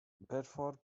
bedford